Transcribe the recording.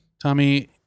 Tommy